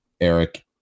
Eric